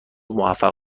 موفق